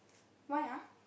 why ah